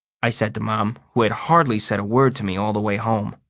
i said to mom, who had hardly said a word to me all the way home.